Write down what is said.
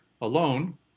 alone